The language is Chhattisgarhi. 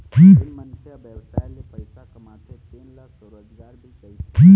जेन मनखे ह बेवसाय ले पइसा कमाथे तेन ल स्वरोजगार भी कहिथें